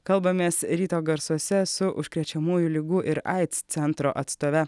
kalbamės ryto garsuose su užkrečiamųjų ligų ir aids centro atstove